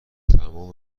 تمام